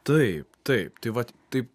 taip taip tai vat taip